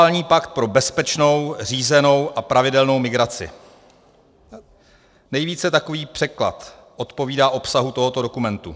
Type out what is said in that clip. Globální pakt pro bezpečnou, řízenou a pravidelnou migraci, nejvíce takový překlad odpovídá obsahu tohoto dokumentu.